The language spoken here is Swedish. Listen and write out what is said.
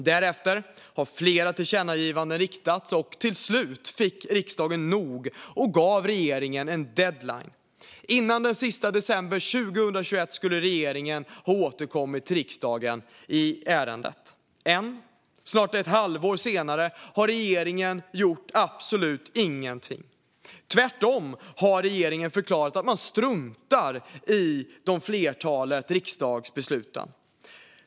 Därefter har fler tillkännagivanden riktats till regeringen, och till slut fick riksdagen nog och gav regeringen en deadline. Innan den sista december 2021 skulle regeringen återkomma till riksdagen på området. Snart ett halvår senare har regeringen gjort absolut ingenting. Tvärtom har regeringen förklarat att man struntar i de upprepade riksdagsbesluten.